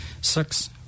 Six